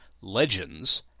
legends